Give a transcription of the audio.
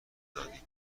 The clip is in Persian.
دادیم